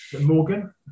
Morgan